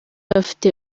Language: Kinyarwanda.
bafite